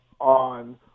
on